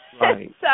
Right